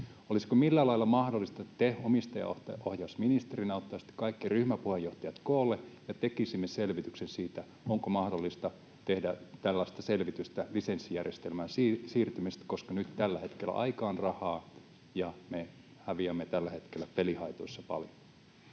Olisiko millään lailla mahdollista, että te omistajaohjausministerinä ottaisitte kaikki ryhmäpuheenjohtajat koolle ja tekisimme selvityksen siitä, onko mahdollista tehdä tällaista selvitystä lisenssijärjestelmään siirtymisestä, koska tällä hetkellä aika on rahaa ja me häviämme tällä hetkellä pelihaitoissa paljon?